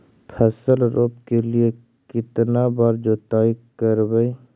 फसल रोप के लिय कितना बार जोतई करबय?